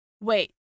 Wait